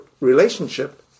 relationship